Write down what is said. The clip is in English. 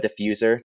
Diffuser